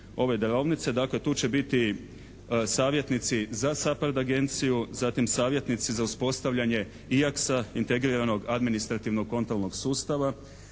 ove darovnice dakle tu će biti savjetnici za …/Govornik se ne razumije./… agenciju, zatim savjetnici za uspostavljanje IAX-a, integriranog administrativnog kontalnog sustava,